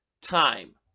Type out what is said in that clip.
time